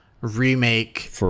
remake